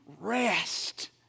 rest